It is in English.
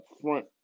front